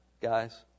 guys